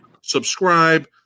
Subscribe